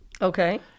Okay